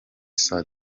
saa